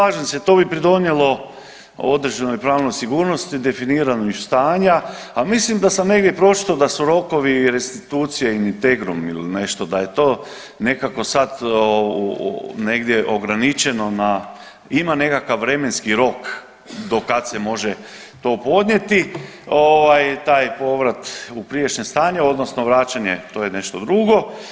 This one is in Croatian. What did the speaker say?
Pa sigurno, slažem se, to bi pridonijelo određenoj pravnoj sigurnosti, definiranju stanja, a mislim da sam negdje pročitao da su rokovi restitucie in integrum ili nešto, da je to nekako sad negdje ograničeno na, ima nekakav vremenski rok do kad se može to podnijeti, ovaj, taj povrat u prijašnje stanje, odnosno vraćanje, to je nešto drugo.